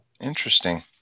Interesting